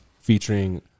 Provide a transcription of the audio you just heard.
featuring